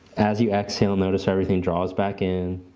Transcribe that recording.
as you exhale, notice how everything draws back in,